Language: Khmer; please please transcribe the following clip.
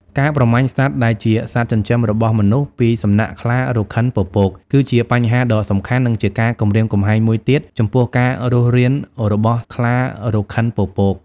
ការប្រមាញ់សត្វដែលជាសត្វចិញ្ចឹមរបស់មនុស្សពីសំណាក់ខ្លារខិនពពក គឺជាបញ្ហាដ៏សំខាន់ និងជាការគំរាមកំហែងមួយទៀតចំពោះការរស់រានរបស់ខ្លារខិនពពក ។